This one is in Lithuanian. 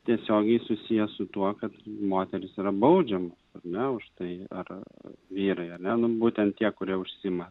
tiesiogiai susijęs su tuo kad moteris yra baudžiama ar ne už tai ar vyrai ar ne nu būtent tie kurie užsiima